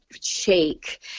shake